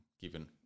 Given